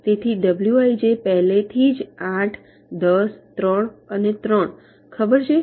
તેથી ડબ્લ્યુઆઇજે પહેલેથી જ 8 10 3 અને 3 ખબર છે